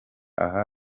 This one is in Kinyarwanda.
aha